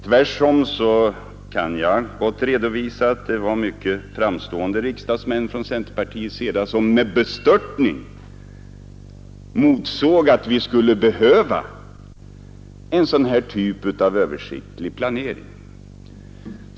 Jag kan tvärtom redovisa att det var mycket framstående riksdagsmän från centerpartiets sida som med bestörtning motsåg att vi skulle behöva en sådan här typ av översiktlig planering.